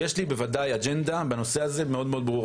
בנושא הזה יש לי בוודאי אג'נדה מאוד מאוד ברורה.